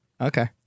okay